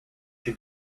she